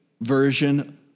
version